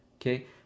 Okay